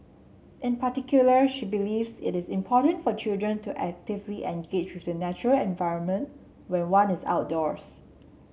in particular she believes it is important for children to actively engage the natural environment when one is outdoors